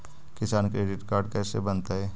किसान credit card कैसे बनतै?